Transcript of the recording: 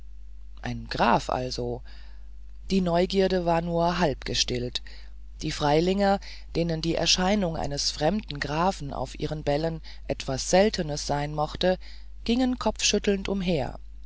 ein graf also die neugierde war nur halb gestillt die freilinger denen die erscheinung eines fremden grafen auf ihren bällen etwas seltenes sein mochte gingen kopfschüttelnd umher